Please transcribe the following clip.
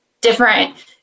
different